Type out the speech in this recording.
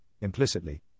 implicitly